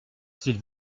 s’il